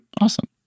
Awesome